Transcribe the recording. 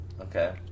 Okay